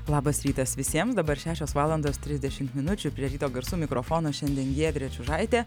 labas rytas visiems dabar šešios valandos trisdešimt minučių prie ryto garsų mikrofono šiandien giedrė čiužaitė